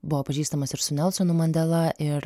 buvo pažįstamas ir su nelsonu mandela ir